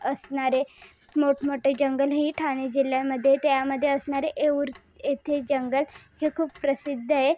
असणारे मोठमोठे जंगल हेही ठाणे जिल्ह्यामध्ये त्यामध्ये असणारे एवढ येथे जंगल हे खूप प्रसिद्ध आहे